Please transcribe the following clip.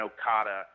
Okada